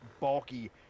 bulky